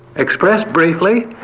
expressed briefly,